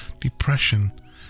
depression